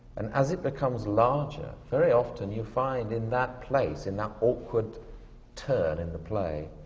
and as it becomes larger, very often you find in that place, in that awkward turn in the play,